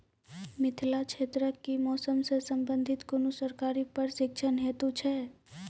मिथिला क्षेत्रक कि मौसम से संबंधित कुनू सरकारी प्रशिक्षण हेतु छै?